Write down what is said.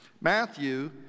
Matthew